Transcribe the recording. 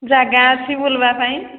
ଜାଗା ଅଛି ବୁଲିବା ପାଇଁ